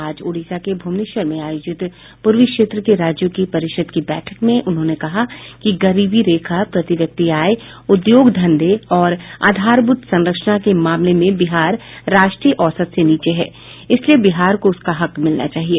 आज ओडिशा के भुवनेश्वर में आयोजित पूर्वी क्षेत्र के राज्यों की परिषद की बैठक में उन्होंने कहा कि गरीबी रेखा प्रति व्यक्ति आय उद्योग धंधों और आधारभूत संरचना के मामले में बिहार राष्ट्रीय औसत से नीचे है इसलिए बिहार को उसका हक मिलना चाहिए